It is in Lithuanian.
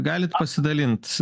galit pasidalint